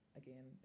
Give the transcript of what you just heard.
again